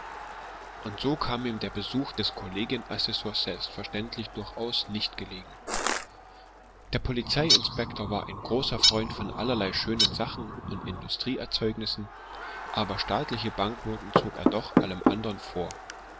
und so kam ihm der besuch des kollegien assessors selbstverständlich durchaus nicht gelegen der polizei inspektor war ein großer freund von allerlei schönen sachen und industrieerzeugnissen aber staatliche banknoten zog er doch allem andern vor